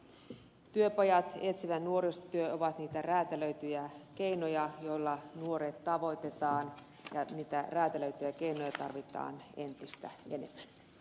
työpajat ja etsivä nuorisotyö ovat niitä räätälöityjä keinoja joilla nuoret tavoitetaan ja niitä räätälöityjä keinoja tarvitaan entistä